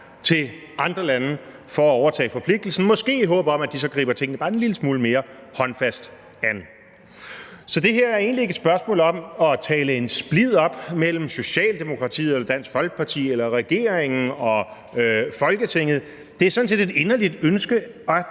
til andre lande for at lade dem overtage forpligtelsen, måske i håbet om, at de så griber tingene bare en lille smule mere håndfast an. Så det her er egentlig ikke et spørgsmål om at tale en splid mellem Socialdemokratiet og Dansk Folkeparti eller regeringen og Folketinget op; det er sådan set et inderligt ønske